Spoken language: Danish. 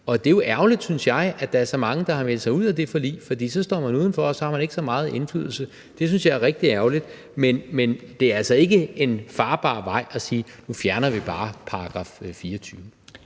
Og det er ærgerligt, synes jeg, at der er så mange, der har meldt sig ud af det forlig. For så står man udenfor, og så har man ikke så meget indflydelse. Det synes jeg er rigtig ærgerligt, men det er altså ikke en farbar vej at sige, at nu fjerner vi bare § 24.